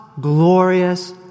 glorious